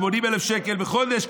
80,000 שקל בחודש,